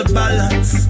balance